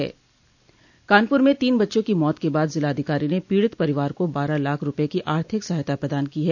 कानपूर में तीन बच्चों की मौत के बाद जिलाधिकारी ने पीड़ित परिवार को बारह लाख रूपये की आर्थिक सहायता प्रदान की है